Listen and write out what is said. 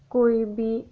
कोई बी